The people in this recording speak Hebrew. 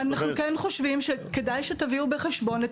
ואנחנו כן חושבים שכדאי שתביאו בחשבון את